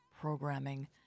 programming